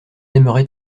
aimerait